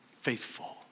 Faithful